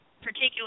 particular